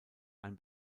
ein